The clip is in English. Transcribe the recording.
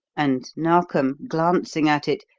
and narkom, glancing at it,